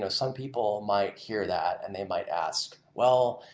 ah some people might hear that and they might ask, well,